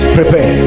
prepare